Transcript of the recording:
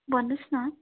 भन्नुहोस् न